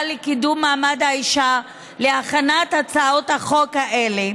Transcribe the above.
לקידום מעמד האישה להכנת הצעות החוק האלה